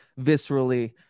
viscerally